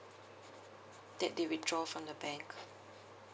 date they withdraw from the bank